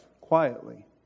quietly